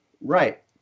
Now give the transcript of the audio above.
Right